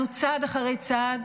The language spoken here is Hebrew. אנחנו, צעד אחרי צעד,